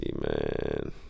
man